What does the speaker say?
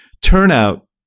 turnout